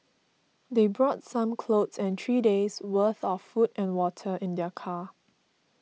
they brought some clothes and three days' worth of food and water in their car